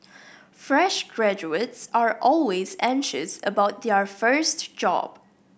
fresh graduates are always anxious about their first job